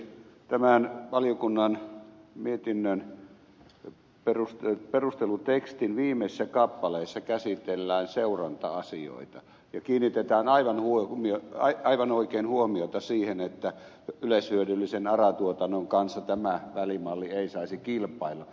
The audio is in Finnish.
tämän valiokunnan mietinnön perustelutekstin viimeisessä kappaleessa käsitellään seuranta asioita ja kiinnitetään aivan oikein huomiota siihen että yleishyödyllisen ara tuotannon kanssa tämä välimalli ei saisi kilpailla